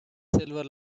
silver